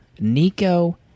Nico